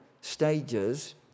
stages